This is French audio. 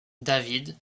david